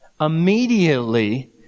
Immediately